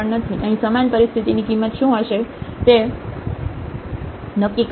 અહીં સમાન પરિસ્થિતિની કિંમત શું હશે તે નક્કી કરો